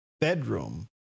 bedroom